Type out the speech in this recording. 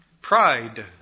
Pride